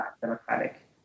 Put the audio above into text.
democratic